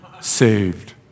saved